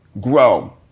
grow